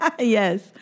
Yes